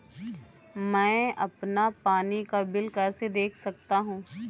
मैं अपना पानी का बिल कैसे देख सकता हूँ?